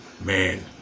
man